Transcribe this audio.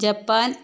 Japan